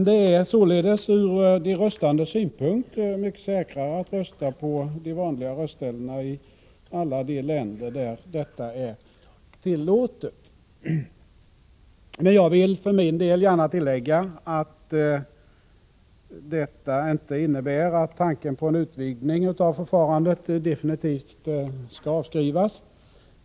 Det är ur de röstandes synpunkt mycket säkrare att rösta på de vanliga valställena i alla de länder där detta är tillåtet. Jag vill för min del gärna tillägga att detta inte innebär att tanken på en utvidning av förfarandet definitivt skall avskrivas.